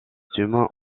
humains